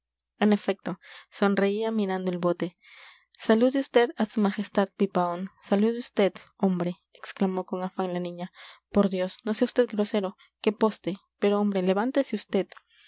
en efecto sonreía mirando el bote salude vd a su majestad pipaón salude vd hombre exclamó con afán la niña por dios no sea vd grosero qué poste pero hombre levántese